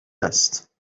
است